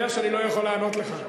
אתה יודע שאני לא יכול לענות לך.